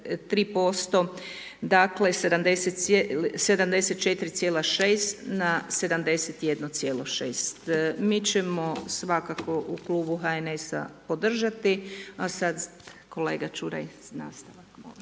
3%, dakle 74,6 na 71,6. Mi ćemo svakako u Klubu HNS-a podržati, a sad kolega Čuraj nastavak molim.